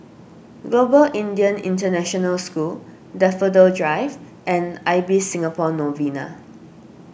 Global Indian International School Daffodil Drive and Ibis Singapore Novena